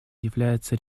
является